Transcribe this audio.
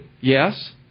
yes